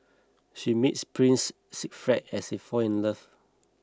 she meets Prince Siegfried as they fall in love